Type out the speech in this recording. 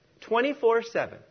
24-7